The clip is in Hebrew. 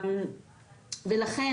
לכן,